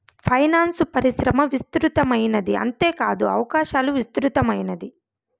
finance పరిశ్రమ విస్తృతమైనది అంతేకాదు అవకాశాలు విస్తృతమైనది